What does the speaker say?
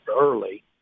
early